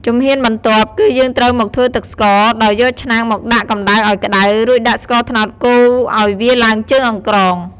ជំហានបន្ទាប់ គឺយើងត្រូវមកធ្វើទឹកស្ករ ដោយយកឆ្នាំងមកដាក់កម្ដៅឱ្យក្ដៅ រួចដាក់ស្ករត្នោតកូរឱ្យវាឡើងជើងអង្ក្រង។